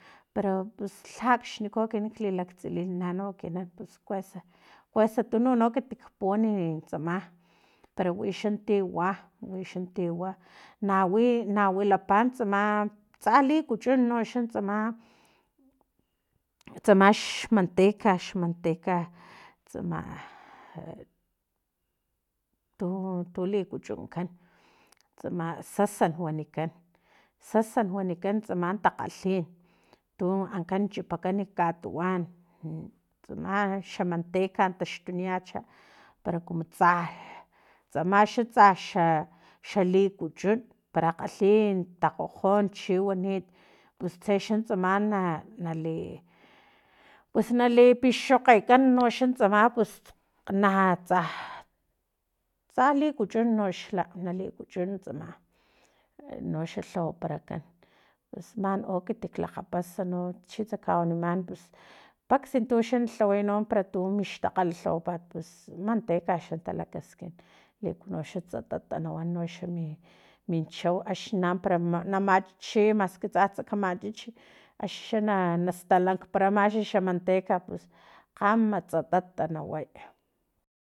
Para pus lhakxniku ekinan lilaktsililina ekinan pus kuesa kuesa tununk ekit kpuwani tsama para wixa ti wa wixa tiwa nawi nawilapa tsama tsa likuchun noxa tsama tsamax xmanteca manteca tsama tu tu likuchukan tsama sasan wanikan sasan wanikan tsama talhalhin tu ankan chipakan katuwan tsama xa manteca taxtuniyach para kumu tsa tsama xa tsa xa xalikuchun para kgalhi takgojon chiwanit pustse no tsama nali pus nali pixokgekan noxa tsama na tsa tsa likuchun noxla nalikuchun tsama enoxa lhawaparakan pus na u ekit lakgapas no chitsa kawaniman pus paksa tu lhaway para tu mixtakgal tlawapat pus manteca xa talakaskin likunoxa tsatata nawan noxa minchau axni para na machichiy maski tsatsa kamchich axixa na nastalankpara xa xamanteca pus kgamats tsatata nawan